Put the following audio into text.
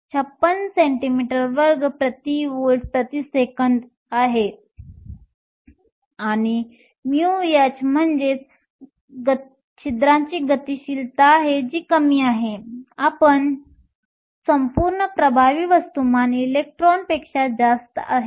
456 cm2 V 1s 1 आहे आणि μh म्हणजे छिद्रांची गतिशीलता जी कमी आहे कारण संपूर्ण प्रभावी वस्तुमान इलेक्ट्रॉनपेक्षा जास्त आहे